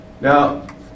Now